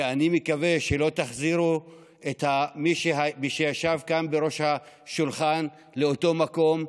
ואני מקווה שלא תחזירו את מי שישב כאן בראש השולחן לאותו מקום.